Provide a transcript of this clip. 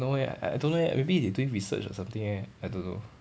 no eh I I don't know leh maybe they doing research or something eh I don't know